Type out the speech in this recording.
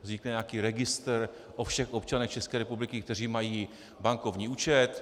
Vznikne nějaký registr o všech občanech České republiky, kteří mají bankovní účet.